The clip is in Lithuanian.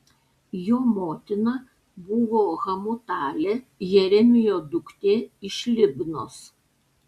jo motina buvo hamutalė jeremijo duktė iš libnos